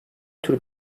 tür